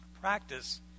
Practice